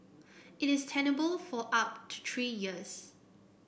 it is tenable for up to three years